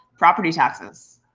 property taxes.